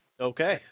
okay